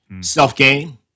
self-gain